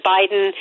Biden